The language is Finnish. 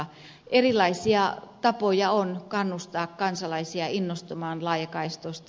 on erilaisia tapoja kannustaa kansalaisia innostumaan laajakaistoista